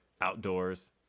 outdoors